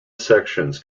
sections